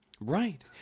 Right